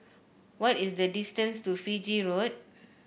what is the distance to Fiji Road